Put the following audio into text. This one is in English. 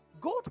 God